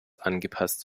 angepasst